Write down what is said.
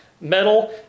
metal